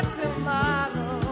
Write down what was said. tomorrow